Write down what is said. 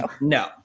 No